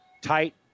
tight